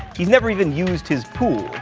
he's never even used his pool,